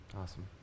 Awesome